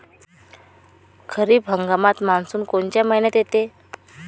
खरीप हंगामात मान्सून कोनच्या मइन्यात येते?